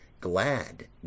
glad